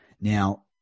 Now